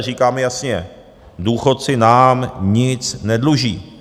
V SPD říkáme jasně důchodci nám nic nedluží.